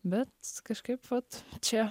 bet kažkaip vat čia